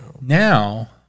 Now